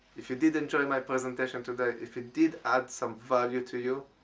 if you did enjoy my presentation today, if it did add some value to you,